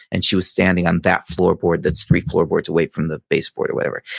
and she was standing on that floorboard that's three floorboards away from the base board or whatever.